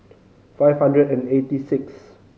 five hundred and eighty six